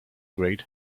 great